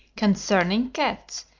concerning cats,